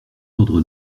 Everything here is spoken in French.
ordre